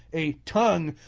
a tongue,